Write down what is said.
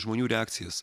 žmonių reakcijas